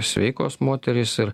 sveikos moterys ir